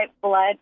blood